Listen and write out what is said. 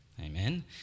amen